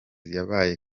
yabaye